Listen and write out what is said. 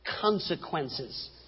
consequences